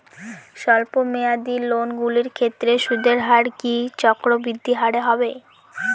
স্বল্প মেয়াদী লোনগুলির ক্ষেত্রে সুদের হার কি চক্রবৃদ্ধি হারে হবে?